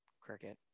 Cricket